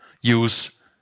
use